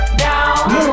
down